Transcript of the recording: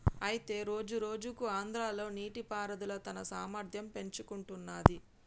అయితే రోజురోజుకు ఆంధ్రాలో నీటిపారుదల తన సామర్థ్యం పెంచుకుంటున్నది